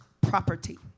property